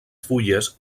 fulles